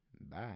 bye